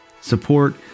support